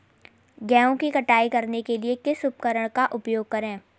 गेहूँ की कटाई करने के लिए किस उपकरण का उपयोग करें?